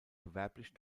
gewerblich